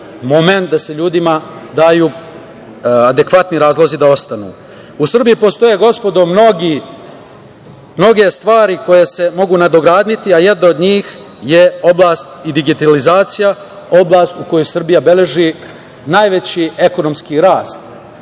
da se ljudima daju adekvatni razlozi da ostanu. U Srbiji postoje, gospodo, mnoge stvari koje se mogu nadograditi, a jedna od njih je oblast digitalizacija, oblast u kojoj Srbija beleži najveći ekonomski rast